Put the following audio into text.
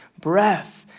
breath